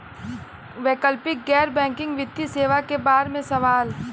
वैकल्पिक गैर बैकिंग वित्तीय सेवा के बार में सवाल?